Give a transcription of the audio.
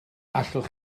allwch